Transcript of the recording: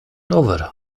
rower